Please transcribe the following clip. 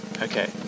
Okay